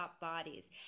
bodies